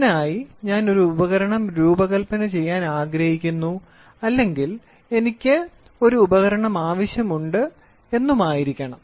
ഇതിനായി ഞാൻ ഒരു ഉപകരണം രൂപകൽപ്പന ചെയ്യാൻ ആഗ്രഹിക്കുന്നു അല്ലെങ്കിൽ എനിക്ക് ഒരു ഉപകരണം ആവശ്യമുണ്ട് എന്നുമായിരിക്കണം